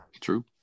True